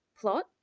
plot